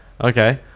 Okay